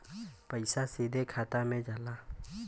पइसा सीधे खाता में जाला